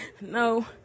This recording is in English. no